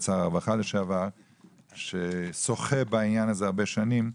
שר הרווחה לשעבר ששוחה בעניין הזה הרבה שנים,